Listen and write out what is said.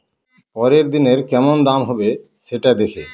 পরের দিনের কেমন দাম হবে, সেটা দেখে